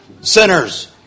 sinners